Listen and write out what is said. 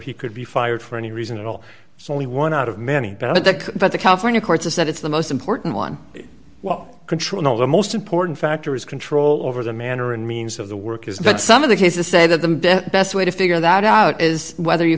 he could be fired for any reason at all it's only one out of many but i think that the california courts is that it's the most important one well control the most important factor is control over the manner and means of the work is that some of the case to say that the best way to figure that out is whether you